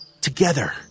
Together